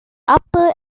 upper